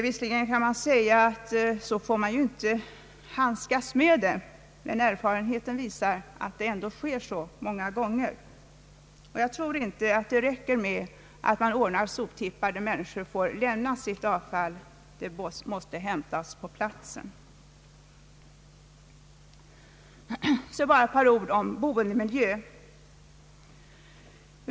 Visserligen kan vi säga att så får man inte handskas med skräpet, men erfarenheten visar att det ändå blir på det sättet många gånger. Jag tror inte att det räcker med att man ordnar soptippar där människor får lämna sitt avfall; det måste hämtas på platsen. Så bara några ord om boendemiljö.